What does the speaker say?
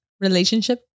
relationship